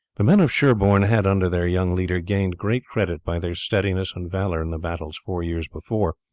the men of sherborne had under their young leader gained great credit by their steadiness and valour in the battles four years before,